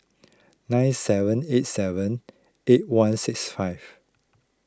nine seven eight seven eight one six five